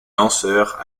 lanceurs